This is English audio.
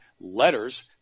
letters